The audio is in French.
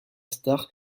star